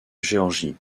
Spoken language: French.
géorgie